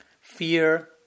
fear